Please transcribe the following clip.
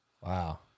wow